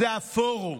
זה הפורום,